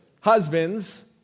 Husbands